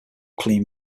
clean